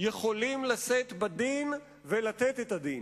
יכולים לשאת בדין ולתת את הדין.